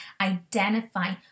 identify